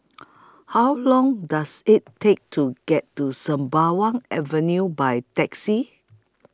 How Long Does IT Take to get to Sembawang Avenue By Taxi